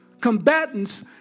Combatants